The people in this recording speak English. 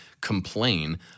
complain